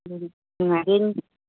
ꯑꯗꯨꯅꯤ ꯅꯨꯡꯉꯥꯏꯗꯣꯏꯅꯤ